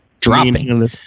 Dropping